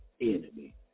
enemy